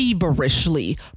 feverishly